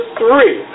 three